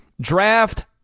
draft